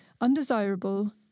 undesirable